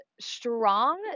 strong